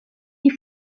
die